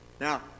now